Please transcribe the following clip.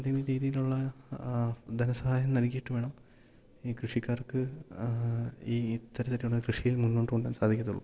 എന്തെങ്കിലും രീതിയിലുള്ള ധനസഹായം നൽകിയിട്ട് വേണം ഈ കൃഷിക്കാർക്ക് ഈ ഇത്തരത്തിലുള്ള കൃഷിയെ മുന്നോട്ട് കൊണ്ടുപോകാൻ സാധിക്കത്തുള്ളു